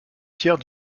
tiers